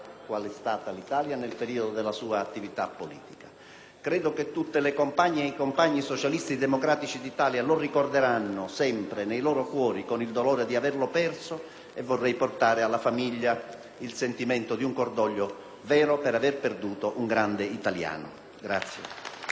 quale è stata l'Italia nel periodo della sua attività politica. Credo che tutte le compagne ed i compagni socialisti democratici d'Italia lo ricorderanno sempre nei loro cuori, con il dolore di averlo perso. Vorrei portare alla famiglia il sentimento di un cordoglio vero per aver perduto un grande italiano.